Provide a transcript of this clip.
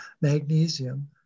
magnesium